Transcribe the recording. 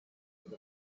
with